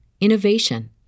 innovation